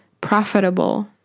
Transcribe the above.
profitable